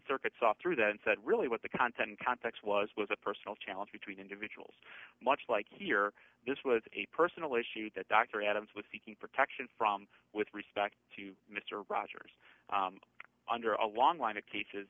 circuit saw through that and said really what the content context was was a personal challenge between individuals much like here this was a personal issue that dr adams was seeking protection from with respect to mr rogers under a long line of cases